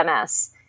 MS